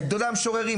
את גדולי המשוררים,